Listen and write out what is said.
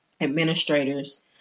administrators